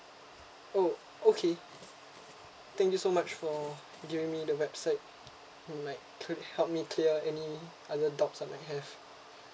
oh okay thank you so much for giving me the website might could help me clear any other doubts that I have